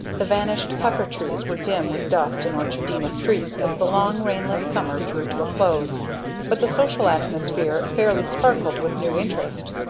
the vanished pepper trees were dim with dust in orchardina streets as the long rainless summer drew to a close but the social atmosphere fairly sparkled with new interest.